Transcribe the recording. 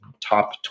top